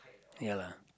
ya lah